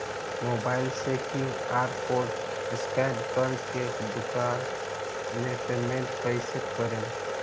Mobile से QR code scan कर के दुकान मे पेमेंट कईसे करेम?